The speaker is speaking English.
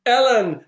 Ellen